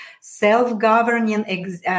Self-governing